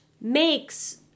makes